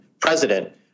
president